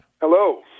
Hello